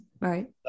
Right